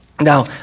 Now